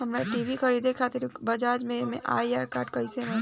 हमरा टी.वी खरीदे खातिर बज़ाज़ के ई.एम.आई कार्ड कईसे बनी?